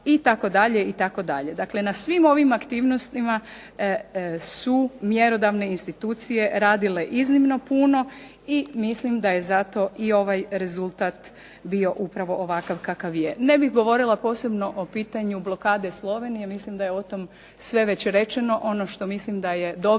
fondova itd., itd. Dakle, na svim ovim aktivnostima su mjerodavne institucije radile iznimno puno i mislim da je zato i ovaj rezultat bio upravo ovakav kakav je. Ne bih govorila posebno o pitanju blokade Slovenije, mislim da je o tom sve već rečeno. Ono što mislim da je dobro